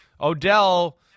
Odell